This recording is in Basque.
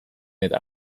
eta